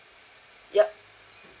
yup